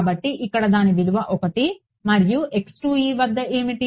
కాబట్టి ఇక్కడ దాని విలువ 1 మరియు వద్ద ఏమిటి